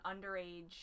underage